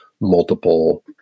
multiple